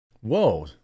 Whoa